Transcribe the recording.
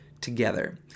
together